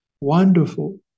wonderful